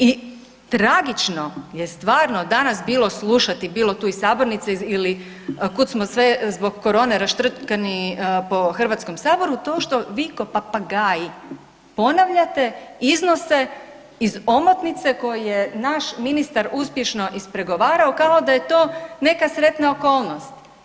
I tragično je stvarno danas bilo slušati bilo tu iz sabornice ili kud smo sve zbog corone raštrkani po Hrvatskom saboru, to što vi ko papagaji ponavljate iznose iz omotnice koje je naš ministar uspješno ispregovarao kao da je to neka sretna okolnost.